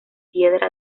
piedra